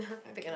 okay